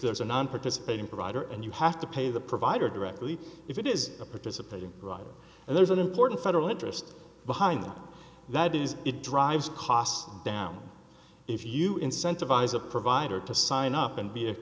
there's a nonparticipating provider and you have to pay the provider directly if it is a participating writer and there's an important federal interest behind that is it drives cost down if you incentivize a provider to sign up and be